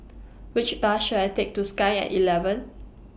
Which Bus should I Take to Sky At eleven